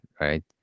right